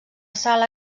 sala